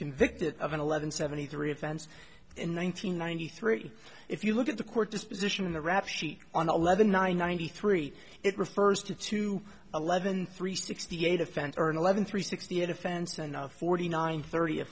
convicted of an eleven seventy three offense in one nine hundred ninety three if you look at the court disposition in the rap sheet on eleven nine ninety three it refers to two eleven three sixty eight offense or an eleven three sixty eight offense and forty nine thirty